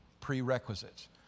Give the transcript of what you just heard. prerequisites